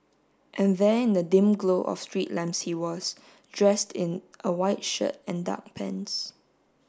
and there in the dim glow of street lamps he was dressed in a white shirt and dark pants